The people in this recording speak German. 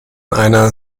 einer